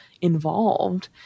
involved